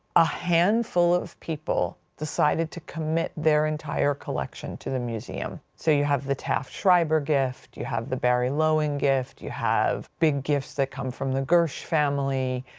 a handful of people decided to commit their entire collection to the museum. so, you have the taft schreiber gift, you have the barry lowen gift, you have big gifts that come from the gersh family.